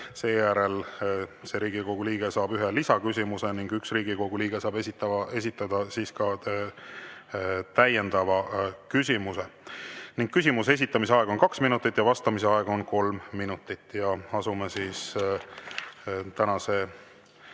Seejärel see Riigikogu liige saab ühe lisaküsimuse. Ning üks Riigikogu liige saab esitada täiendava küsimuse. Küsimuse esitamise aeg on kaks minutit ja vastamise aega on kolm minutit. Asume tänase